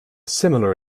similar